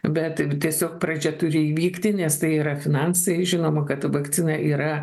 bet tiesiog pradžia turi įvykti nes tai yra finansai žinoma kad vakcina yra